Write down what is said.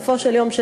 בסופו של יום,